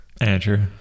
Andrew